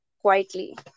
quietly